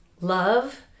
love